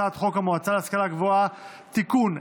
הצעת חוק המועצה להשכלה גבוהה (תיקון,